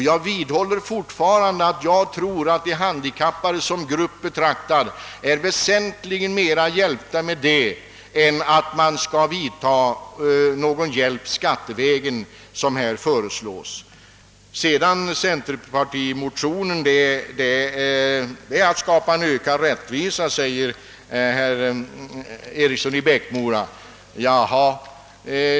Jag vidhåller fortfarande att de handikappade som grupp betraktad är väsentligen mera hjälpta genom dessa insatser än genom ett bistånd skattevägen, som här föreslås. Centerpartimotionen går ut på att skapa ökad rättvisa, påstår herr Eriksson i Bäckmora.